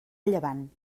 llevant